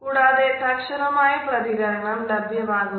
നമ്മൾ ആ വാക്യം ഒരു ഖണ്ഡികയിൽ ചേർക്കുമ്പോൾ അതിനു സാന്ദർഭികത കൈവരുന്നു